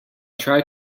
try